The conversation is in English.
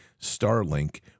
Starlink